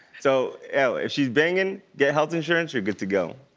so ah if she's banging, get health insurance, you're good to go.